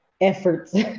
efforts